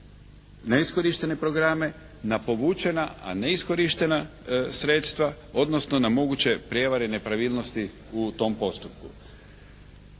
neiskorištene programe na povučena a neiskorištena sredstva odnosno na moguće prijevare i nepravilnosti u tom postupku.